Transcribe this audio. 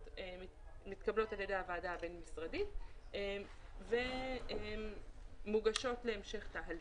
מתקבלות על ידי הוועדה הבין-משרדית והן מוגשות להמשך תהליך.